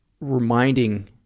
reminding